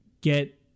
get